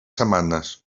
setmanes